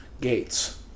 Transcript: Gates